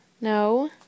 No